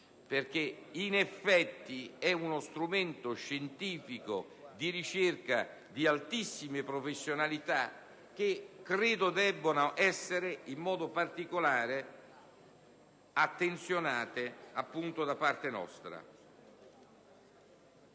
perché in effetti è uno strumento scientifico di ricerca di altissime professionalità, che credo debbano essere da noi guardate con attenzione. Signor